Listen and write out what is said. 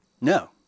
No